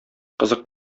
кызык